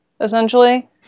essentially